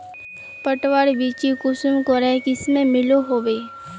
पटवार बिच्ची कुंसम करे किस्मेर मिलोहो होबे?